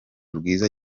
rwiza